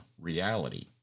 reality